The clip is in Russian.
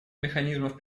механизмов